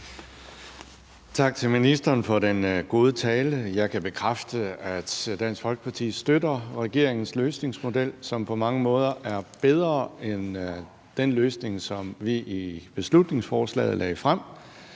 Tak til ministeren for den gode tale. Jeg kan bekræfte, at Dansk Folkeparti støtter regeringens løsningsmodel, som på mange måder er bedre end den løsning, som vi i beslutningsforslaget lagde frem.